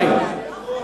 הוא לא יכול.